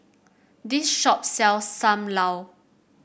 this shop sells Sam Lau